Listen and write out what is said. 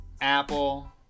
Apple